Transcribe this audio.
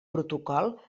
protocol